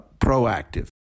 proactive